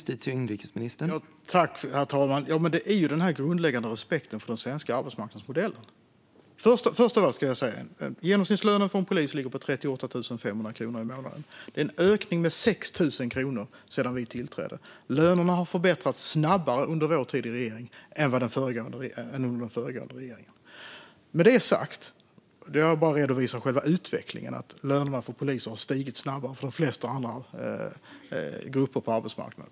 Herr talman! Det handlar om den grundläggande respekten för den svenska arbetsmarknadsmodellen. Genomsnittslönen för en polis ligger på 38 500 kronor i månaden. Det är en ökning med 6 000 kronor sedan vi tillträdde. Lönerna har förbättrats snabbare under vår tid i regering än under den föregående regeringen. Det säger jag som en redovisning av själva utvecklingen. Lönerna för poliser har stigit snabbare än för de flesta andra grupper på arbetsmarknaden.